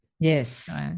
Yes